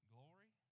Glory